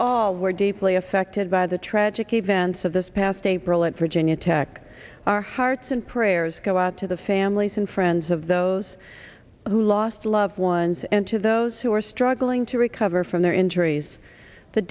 all were deeply affected by the tragic events of this past april at virginia tech our hearts and prayers go out to the families and friends of those who lost loved ones and to those who are struggling to recover from their injuries the